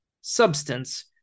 substance